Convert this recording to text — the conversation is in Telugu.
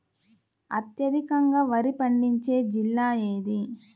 అత్యధికంగా వరి పండించే జిల్లా ఏది?